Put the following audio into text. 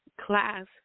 class